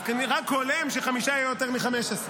אז רק הולם שחמישה יהיה יותר מ-15.